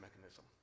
mechanism